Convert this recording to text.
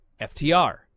FTR